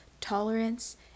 tolerance